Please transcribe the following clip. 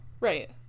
Right